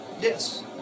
Yes